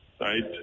right